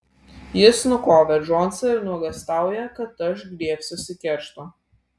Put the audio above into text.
jis nukovė džonsą ir nuogąstauja kad aš griebsiuosi keršto